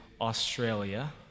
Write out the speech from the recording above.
Australia